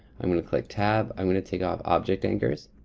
i'm gonna click tab. i'm gonna take off object anchors,